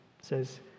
Says